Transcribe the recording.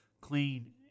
clean